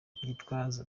gitwaza